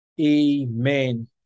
Amen